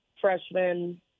freshmen